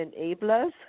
enablers